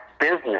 business